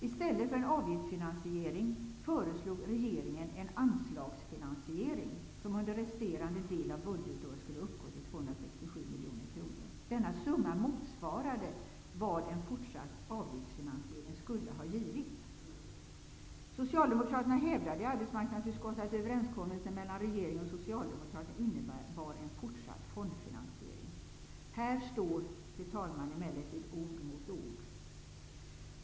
I stället för en avgiftsfinansiering föreslog regeringen en anslagsfinansiering, som under resterande del av budgetåret skulle uppgå till 267 miljoner kronor. Denna summa motsvarade vad en fortsatt avgiftsfinansiering skulle ha givit. Socialdemokraterna hävdade i arbetsmarknadsutskottet att överenskommelsen mellan regeringen och Socialdemokraterna innebar en fortsatt fondfinansiering. Här står, fru talman, emellertid ord mot ord.